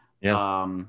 Yes